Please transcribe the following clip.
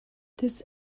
this